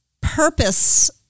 purpose